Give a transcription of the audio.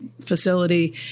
facility